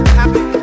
happy